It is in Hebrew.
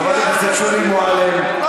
חברת הכנסת שולי מועלם, תודה.